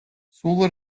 სულ